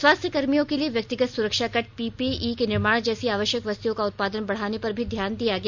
स्वास्थ्यकर्मियों के लिए व्यक्तिगत सुरक्षा किट पीपीई के निर्माण जैसी आवश्यक वस्तुओं का उत्पादन बढ़ाने पर भी ध्यान दिया गया